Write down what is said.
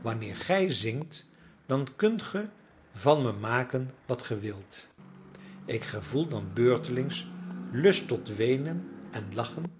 wanneer gij zingt dan kunt ge van me maken wat ge wilt ik gevoel dan beurtelings lust tot weenen en lachen